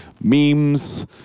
memes